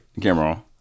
camera